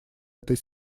этой